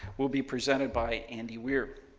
will be presented by andy weir.